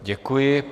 Děkuji.